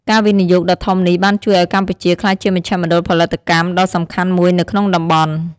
ការវិនិយោគដ៏ធំនេះបានជួយឱ្យកម្ពុជាក្លាយជាមជ្ឈមណ្ឌលផលិតកម្មដ៏សំខាន់មួយនៅក្នុងតំបន់។